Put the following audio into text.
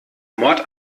mord